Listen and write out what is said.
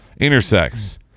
Intersex